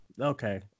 okay